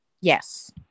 Yes